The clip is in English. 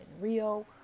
Rio